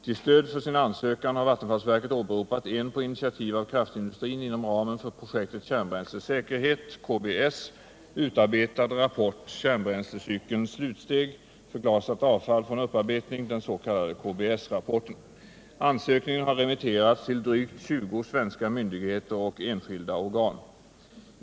Till stöd för sin ansökan har vattenfallsverket åberopat en på initiativ av kraftindustrin inom ramen för projektet Kärnbränslesäkerhet utarbetad rapport Kärnbränslecykelns slutsteg, förglasat avfall från upparbetning, den s.k. KBS-rapporten. Ansökningen har remitterats till drygt 20 svenska myndigheter och enskilda organ.